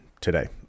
today